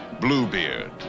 bluebeard